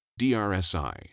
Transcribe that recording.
DRSI